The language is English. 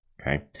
Okay